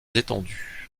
étendues